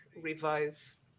revise